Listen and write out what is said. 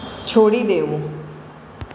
છોડી દેવું